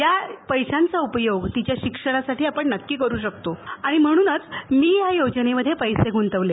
या पैसांचा उपयोग आपण तिच्या शिक्षणासाठी नक्की करू शकतो आणि म्हणूनच मी या योजनेमध्ये पैसे गुंतवले